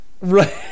Right